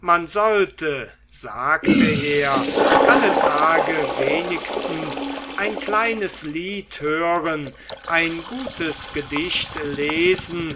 man sollte sagte er alle tage wenigstens ein kleines lied hören ein gutes gedicht lesen